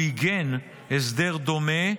הוא עיגן הסדר דומה,